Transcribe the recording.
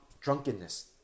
drunkenness